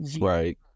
right